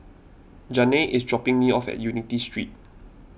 Janay is dropping me off at Unity Street